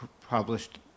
published